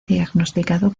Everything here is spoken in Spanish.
diagnosticado